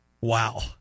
wow